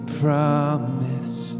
promise